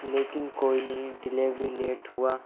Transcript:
لیکن کوئی نہیں ڈیلیوری لیٹ ہوا